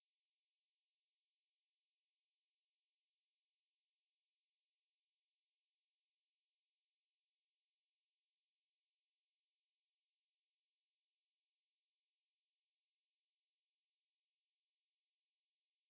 then err from that day onwards you can just use the tab at the side to adjust so the sound like going on and off you can use the tab but then to whether you want the vibrations and all that நீ வந்து:ni vanthu setting leh adjust பண்ணிட்டு அப்புறமா அது வராது:pannittu appuramaa athu varaathu